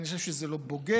אני חושב שזה לא בוגר,